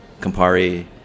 Campari